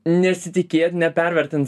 nesitikėt nepervertint